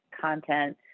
content